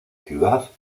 ciudad